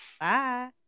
Bye